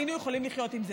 היינו יכולים לחיות עם זה.